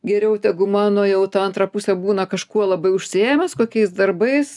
geriau tegu mano jau ta antra pusė būna kažkuo labai užsiėmęs kokiais darbais